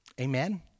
Amen